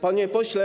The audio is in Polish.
Panie Pośle!